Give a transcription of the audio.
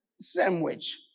sandwich